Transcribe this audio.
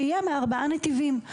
שיהיה עם ארבעה נתיבים.